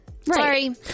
Sorry